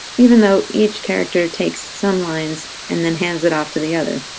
even though each character takes some lines, and then hands it off to the other.